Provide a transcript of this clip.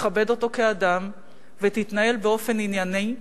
תכבד אותו כאדם ותתנהל באופן ענייני,